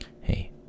Hey